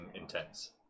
intense